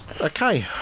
Okay